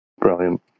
Brilliant